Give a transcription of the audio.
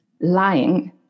lying